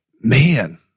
man